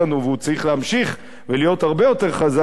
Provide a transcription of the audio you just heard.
והוא צריך להמשיך ולהיות הרבה יותר חזק,